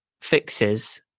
fixes